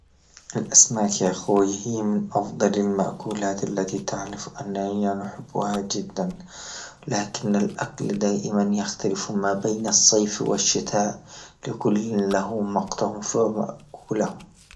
الأسماك يا أخويا هي من أفضل المأكولات التي تعرف أن هي نحبها جدا، لكن أكل دائما يختلف ما بين الصيف والشتاء لكل له كلهم.